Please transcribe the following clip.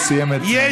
כי הוא סיים את זמנו.